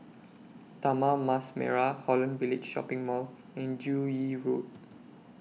Taman Mas Merah Holland Village Shopping Mall and Joo Yee Road